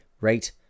rate